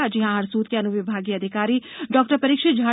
आज यहां हरसूद के अन्विभागीय अधिकारी ॉ परीक्षित झा